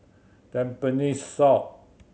Tampines South